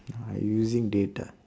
I using data